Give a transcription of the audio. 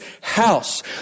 house